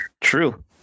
True